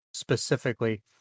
specifically